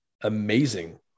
amazing